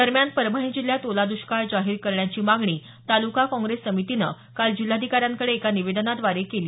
दरम्यान परभणी जिल्ह्यात ओला दष्काळ जाहीर करण्याची मागणी तालुका काँग्रेस समितीनं काल जिल्हाधिकाऱ्यांकडे एका निवेदनाद्वारे केली